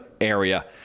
area